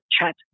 chat